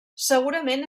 segurament